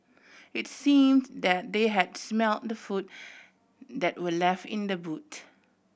it's seem that they had smelt the food that were left in the boot